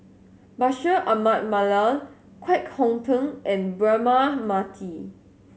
Bashir Ahmad Mallal Kwek Hong Png and Braema Mathi